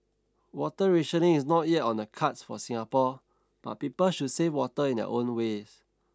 water rationing is not yet on the cards for Singapore but people should save water in their own ways